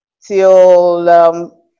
till